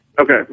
Okay